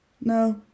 No